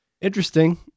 Interesting